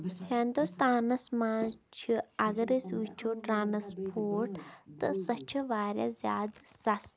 ہندوستانَس منٛز چھِ اگر أسۍ وٕچھو ٹرٛانَسپوٹ تہٕ سۄ چھِ واریاہ زیادٕ سَستہٕ